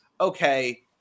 okay